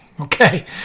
Okay